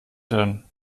denn